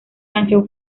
canción